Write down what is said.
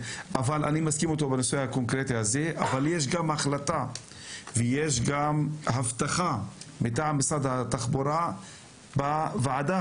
מסכים אתו בנושא הקונקרטי הזה ויש גם הבטחה מטעם משרד התחבורה בוועדה